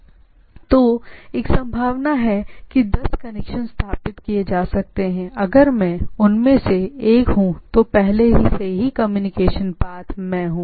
इसलिए अगर वहाँ हैं तो एक संभावना है कि दस कनेक्शन स्थापित किए जा सकते हैं अगर मैं एक हूं तो पहले से ही कम्युनिकेशन पाथ में हूं